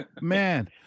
Man